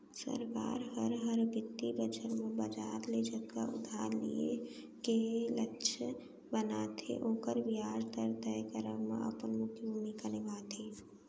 सरकार हर, हर बित्तीय बछर म बजार ले जतका उधार लिये के लक्छ बनाथे ओकर बियाज दर तय करब म अपन मुख्य भूमिका निभाथे